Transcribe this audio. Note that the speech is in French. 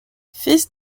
fils